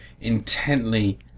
intently